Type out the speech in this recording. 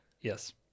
Yes